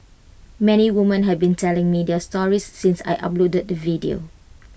many women have been telling me their stories since I uploaded the video